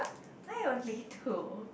why only two